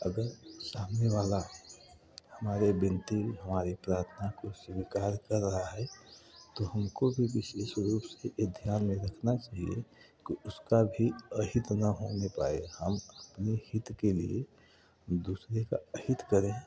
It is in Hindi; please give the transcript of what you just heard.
अगर सामने वाला हमारे विनती हमारे प्रार्थना को स्वीकार कर रहा है तो हमको भी बीस इस रूप से ये ध्यान में रखना चाहिए कि उसका भी अहित ना होने पाए हम अपने हित के लिए दूसरे का अहित करें